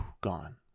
gone